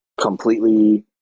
completely